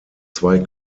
zwei